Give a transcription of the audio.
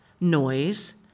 noise